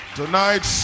tonight